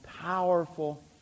powerful